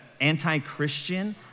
anti-Christian